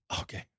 Okay